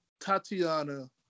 Tatiana